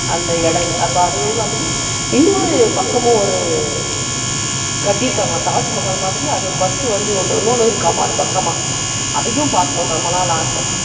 அந்த இடம் அப்போ அதே மாதிரி இன்னொரு பக்கமும் ஒரு கட்டியிருக்காங்களா தாஜ்மஹால் மாதிரி அது ஒரு ஃபஸ்ட் வந்து ஒன்று இன்னொன்று இருக்காம் அது பக்கமாக அதையும் பார்க்கணுன்னு ரொம்ப நாள் ஆசை